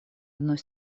одной